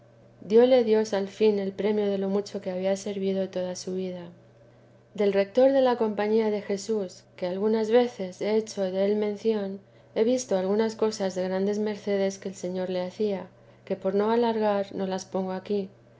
dióle dios al fin el premio de lo mucho que había servido en toda su vida del retor de la compañía de jesús que algunas veces he hecho del mención he visto algunas cosas de grandes mercedes que el señor le hacía que por no alargar no las pongo aquí